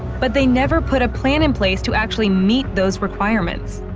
but they never put a plan in place to actually meet those requirements.